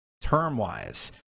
term-wise